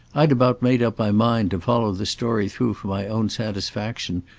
i'd about made up my mind to follow the story through for my own satisfaction,